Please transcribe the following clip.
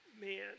Man